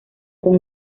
con